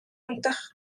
унтах